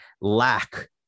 lack